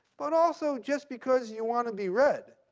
but also just because you want to be read,